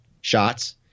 shots